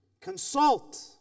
Consult